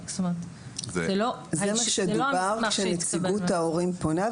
--- זה מה שמדובר כשנציגות ההורים פונה,